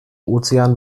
ozean